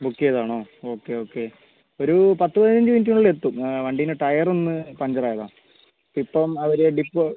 book ചെയ്തതാണോ okay okay ഒരു പത്ത് പതിനഞ്ച് മിനിറ്റിനുള്ളിൽ എത്തും വണ്ടീൻ്റ ടയർ ഒന്ന് പഞ്ചർ ആയതാണ് ഇപ്പം അവർ ഡിപ്ലോ